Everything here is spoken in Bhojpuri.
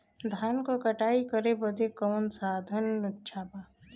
धान क कटाई करे बदे कवन साधन अच्छा बा?